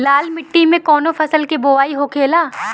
लाल मिट्टी में कौन फसल के बोवाई होखेला?